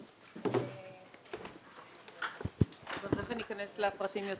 כללי ואחר כך ניכנס לפרטים.